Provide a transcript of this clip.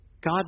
God